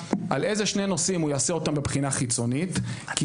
על איזה שני נושאים הוא יעשה בחינה חיצונית כי